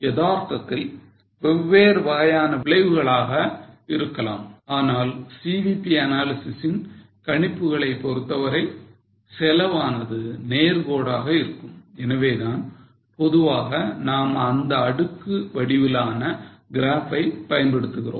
யதார்த்தத்தில் வெவ்வேறு வகையான விளைவுகளாக இருக்கலாம் ஆனால் CVP analysis இன் கணிப்புகளை பொறுத்தவரை செலவு ஆனது நேர்கோடாக இருக்கும் எனவேதான் பொதுவாக நாம் இந்த அடுக்கு வடிவத்திலான கிராப் ஐ பயன்படுத்துகிறோம்